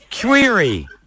query